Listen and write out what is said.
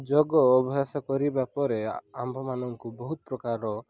ଯୋଗ ଅଭ୍ୟାସ କରିବା ପରେ ଆମ୍ଭମାନଙ୍କୁ ବହୁତ ପ୍ରକାର